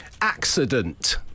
Accident